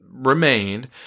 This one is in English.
remained